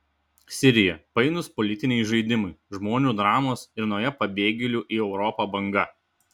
sirija painūs politiniai žaidimai žmonių dramos ir nauja pabėgėlių į europą banga